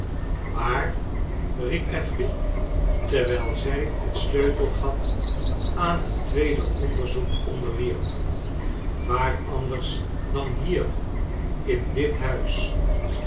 waar riep affery terwijl zij het sleutelgat aan een tweede onderzoek onderwierp waar anders dan hier in dit huis